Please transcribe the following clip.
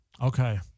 Okay